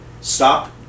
stop